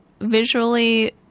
visually